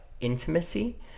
intimacy